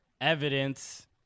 evidence